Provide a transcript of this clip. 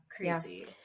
crazy